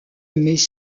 mais